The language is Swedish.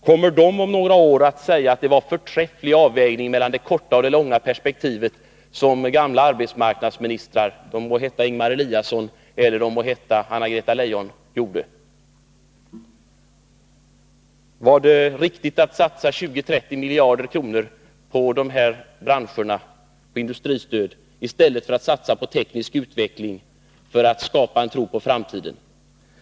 Kommer de om några år att säga att det var förträffliga avvägningar mellan det korta och det långa perspektivet som gamla arbetsmarknadsministrar — de må heta Ingemar Eliasson eller Anna-Greta Leijon — gjorde? Var det riktigt att satsa 20-30 miljarder kronor i industristöd till dessa branscher i stället för att satsa på teknisk utveckling för att skapa en tro på framtiden?